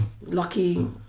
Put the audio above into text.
lucky